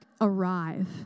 arrive